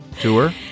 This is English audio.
tour